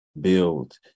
build